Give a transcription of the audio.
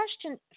question